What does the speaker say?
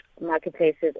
marketplaces